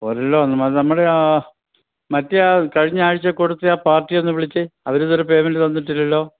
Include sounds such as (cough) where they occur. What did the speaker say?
എല്ലോ (unintelligible) നമ്മുടെ ആ മറ്റേ ആ കഴിഞ്ഞയാഴ്ച കൊടുത്തയാ പാർട്ടിയെ ഒന്ന് വിളിച്ചേ അവരിതുവരെ പെയ്മെൻറ്റ് തന്നിട്ടില്ലല്ലോ